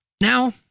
Now